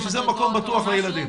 שזה מקום בטוח לילדים.